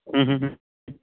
ಹ್ಞೂ ಹ್ಞೂ ಹ್ಞೂ